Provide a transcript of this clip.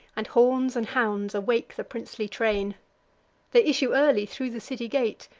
and horns and hounds awake the princely train they issue early thro' the city gate,